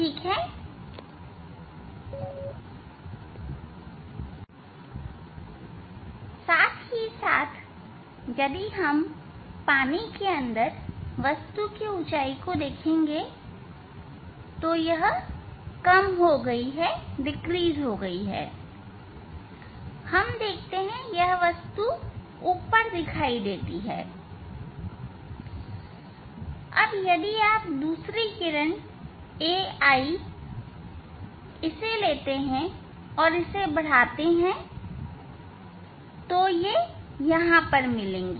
ठीक है साथ ही साथ यदि हम पानी के अंदर वस्तु की ऊंचाई को देखेंगे यह कम हो गई है हम देखते हैं कि यह वस्तु ऊपर दिखाई देती है यदि आप दूसरी किरण AI लेते हैं और इसे बढ़ाते हैं तो वे यहां मिलेंगी